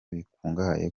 bikungahaye